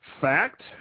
Fact